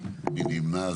מי נמנע?